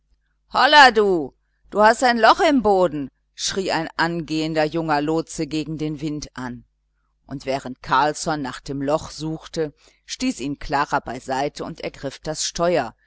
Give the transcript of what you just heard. holla du du hast ein loch im boden schrie ein angehender junger lotse gegen den wind an und während carlsson nach dem loch suchte stieß ihn klara beiseite und ergriff das steuer